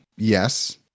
Yes